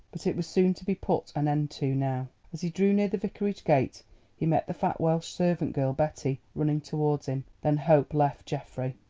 but it was soon to be put an end to now. as he drew near the vicarage gate he met the fat welsh servant girl betty running towards him. then hope left geoffrey.